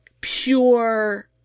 pure